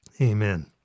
Amen